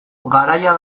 garaia